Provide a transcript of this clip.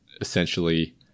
essentially